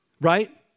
Right